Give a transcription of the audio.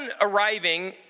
arriving